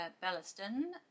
Bellaston